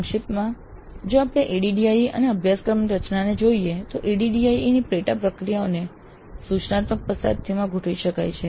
સંક્ષિપ્તમાં જો આપણે ADDIE અને અભ્યાસક્રમ રચનાને જોઈએ તો ADDIE ની પેટા પ્રક્રિયાઓને સૂચનાત્મક પરિસ્થિતિમાં ગોઠવી શકાય છે